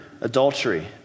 adultery